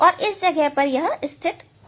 और इस जगह पर यही स्थिति होगी